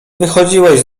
wychodziłeś